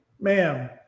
ma'am